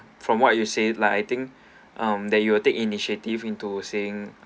from what you say like I think um that you will take initiative into thing